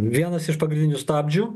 vienas iš pagrindinių stabdžių